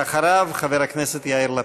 אחריו, חבר הכנסת יאיר לפיד.